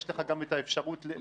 יש לך גם את האפשרות להורות לו.